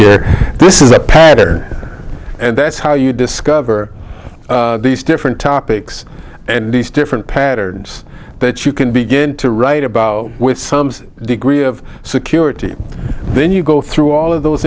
incident this is a patter and that's how you discover these different topics and these different patterns that you can begin to write about with some degree of security then you go through all of those